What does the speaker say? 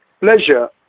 pleasure